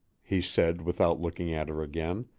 he said without looking at her again,